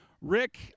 Rick